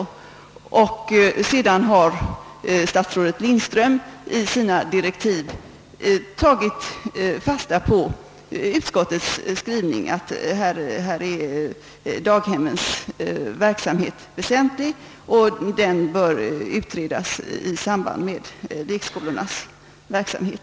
Sedan har statsrådet Lindström i sina direktiv tagit fasta på utskottets skrivning att daghemsverksamheten är väsentlig och att den bör utredas i samband med lekskolornas verksamhet.